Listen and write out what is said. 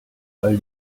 all